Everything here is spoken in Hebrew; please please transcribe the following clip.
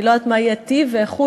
לא יודעת מה יהיה בעקבותיהם טיב המבחן,